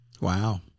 Wow